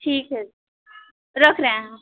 ठीक है रख रहे हैं हम